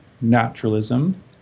naturalism